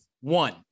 one